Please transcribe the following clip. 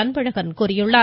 அன்பழகன் தெரிவித்துள்ளார்